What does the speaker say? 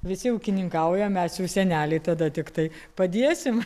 visi ūkininkauja mes jau seneliai tada tiktai padėsim